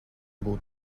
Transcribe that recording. būt